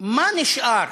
מה נשאר